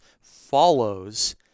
follows